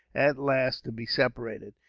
at last, to be separated.